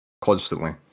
constantly